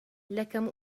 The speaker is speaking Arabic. لكم